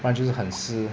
它就是很湿